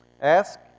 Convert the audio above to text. Ask